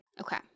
okay